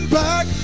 back